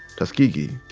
tuskegee.